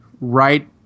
right